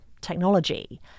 technology